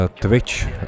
Twitch